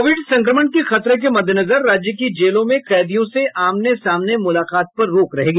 Covid संक्रमण के खतरे के मददेनजर राज्य की जेलों में कैदियों से आमने सामने मुलाकात पर रोक रहेगी